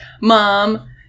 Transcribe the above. mom